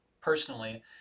personally